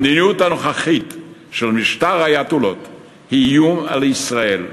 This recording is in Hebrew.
המדיניות הנוכחית של משטר האייטולות היא איום על ישראל,